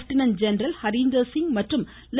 ப்டினன் general Harinder Singh மற்றும் லெ